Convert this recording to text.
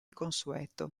consueto